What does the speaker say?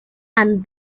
and